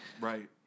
Right